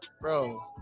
Bro